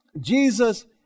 Jesus